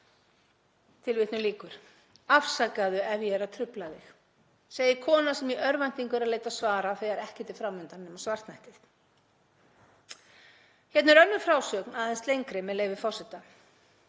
er að trufla þig. Afsakaðu ef ég er að trufla þig, segir kona sem í örvæntingu er að leita svara þegar ekkert er fram undan nema svartnættið. Hérna er önnur frásögn, aðeins lengri, með leyfi forseta: